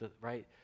right